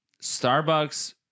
Starbucks